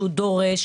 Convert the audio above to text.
דורש,